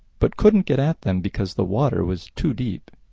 but couldn't get at them because the water was too deep.